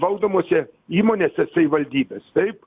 valdomose įmonėse savivaldybės taip